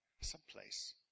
someplace